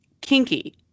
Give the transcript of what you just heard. kinky